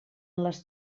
les